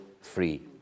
free